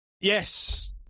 yes